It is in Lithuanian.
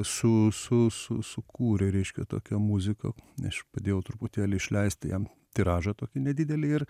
su su su sukūrė reiškia tokią muziką aš padėjau truputėlį išleisti jam tiražą tokį nedidelį ir